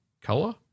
Color